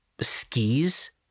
skis